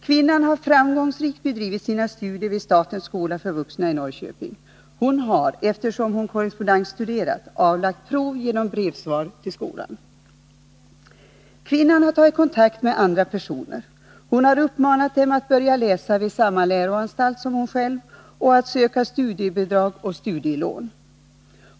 Kvinnan har framgångsrikt bedrivit sina studier vid Statens Skola för Vuxna i Norrköping. Hon har, eftersom hon korrespondensstuderat, avlagt prov genom brevsvar till skolan. Kvinnan har tagit kontakt med andra personer och uppmanat dem att börja läsa vid samma läroanstalt som hon själv samt att söka studiebidrag och studielån.